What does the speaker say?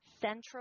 Central